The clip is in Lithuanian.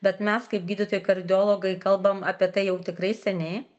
bet mes kaip gydytojai kardiologai kalbam apie tai jau tikrai seniai